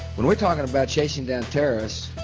when we're talking about chasing down terrorists,